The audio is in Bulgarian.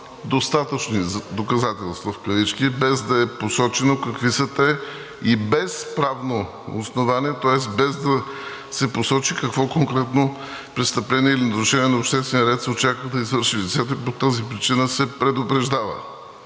„достатъчни доказателства“, без да е посочено какви са те и без правно основание. Тоест, без да се посочи какво конкретно престъпление или нарушение на обществения ред се очаква да извърши лицето и по тази причина се предупреждава.